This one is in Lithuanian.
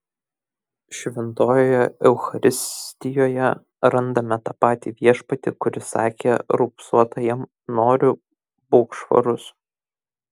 šventojoje eucharistijoje randame tą patį viešpatį kuris sakė raupsuotajam noriu būk švarus